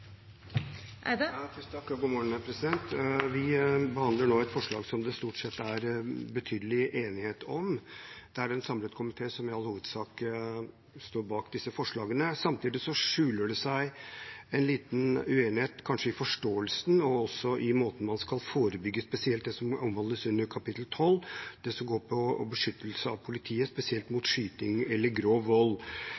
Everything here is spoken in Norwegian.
Vi behandler nå et forslag som det stort sett er betydelig enighet om. Det er en samlet komité som i all hovedsak står bak disse forslagene. Samtidig skjuler det seg kanskje en liten uenighet i forståelsen av, og også i måten man skal forebygge på, spesielt det som omhandles under kapittel 12, det som går på beskyttelse av politiet, spesielt